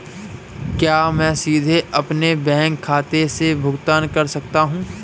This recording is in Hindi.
क्या मैं सीधे अपने बैंक खाते से भुगतान कर सकता हूं?